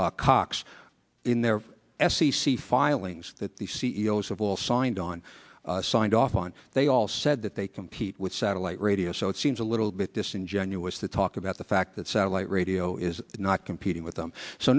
cox in their f c c filings that the c e o s of all signed on signed off on they all said that they compete with satellite radio so it seems a little bit disingenuous to talk about the fact that satellite radio is not competing with them so